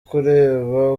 kureba